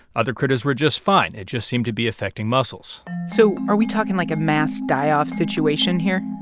other critters were just fine it just seemed to be affecting mussels so are we talking, like, a mass die-off situation here?